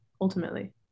ultimately